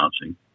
announcing